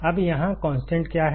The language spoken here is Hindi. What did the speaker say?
अब यहाँ कॉन्स्टेंट क्या है